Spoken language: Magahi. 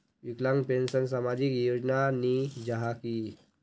विकलांग पेंशन सामाजिक योजना नी जाहा की?